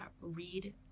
read